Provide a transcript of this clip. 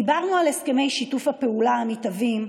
דיברנו על הסכמי שיתוף הפעולה המתהווים,